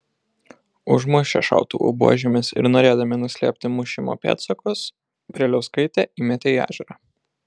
užmušę šautuvų buožėmis ir norėdami nuslėpti mušimo pėdsakus preilauskaitę įmetė į ežerą